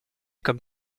comme